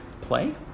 play